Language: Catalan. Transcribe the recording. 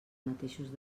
mateixos